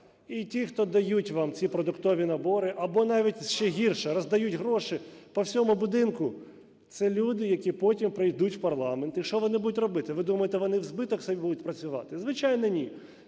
І ті, хто дають вам ці продуктові набори або навіть, ще гірше – роздають гроші по всьому будинку, це люди, які потім прийдуть в парламент. І що вони будуть робити? Ви думаєте, вони в збиток собі будуть працювати? Звичайно, ні,